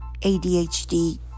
ADHD